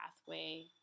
pathway